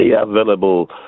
available